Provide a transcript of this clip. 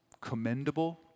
commendable